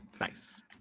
Nice